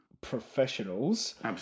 professionals